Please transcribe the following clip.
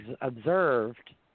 observed